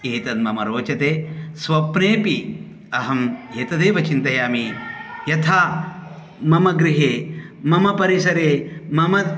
एतत् मम रोचते स्वप्नेपि अहं एतदेव चिन्तयामि यथा मम गृहे मम परिसरे मम